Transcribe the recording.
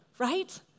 right